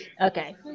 Okay